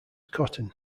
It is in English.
cotton